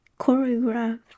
Choreographed